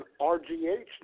RGH